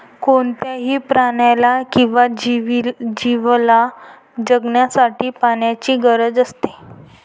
कोणत्याही प्राण्याला किंवा जीवला जगण्यासाठी पाण्याची गरज असते